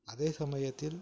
அதே சமயத்தில்